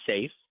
safe